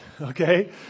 okay